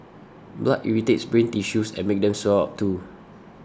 blood irritates brain tissues and makes them swell up too